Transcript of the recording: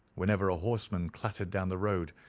whenever a horseman clattered down the road,